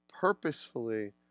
purposefully